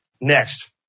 next